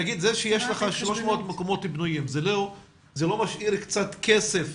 נגיד זה שיש לך 300 מקומות פנויים זה לא משאיר קצת כסף